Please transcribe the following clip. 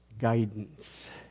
guidance